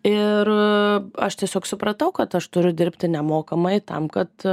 ir aš tiesiog supratau kad aš turiu dirbti nemokamai tam kad